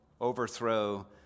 overthrow